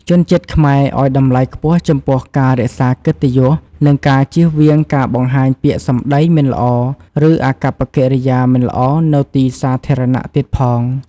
ជនជាតិខ្មែរឱ្យតម្លៃខ្ពស់ចំពោះការរក្សា "កិត្តិយស" និងការជៀសវាងការបង្ហាញពាក្យសម្តីមិនល្អឬអាកប្បកិរិយាមិនល្អនៅទីសាធារណៈទៀតផង។